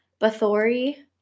bathory